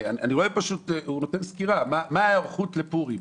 אני רואה פשוט הוא נותן סקירה מה ההיערכות לפורים.